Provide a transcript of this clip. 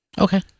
Okay